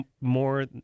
more